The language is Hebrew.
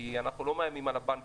כי אנחנו לא מאיימים על הבנקים,